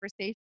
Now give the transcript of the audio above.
conversation